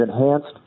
enhanced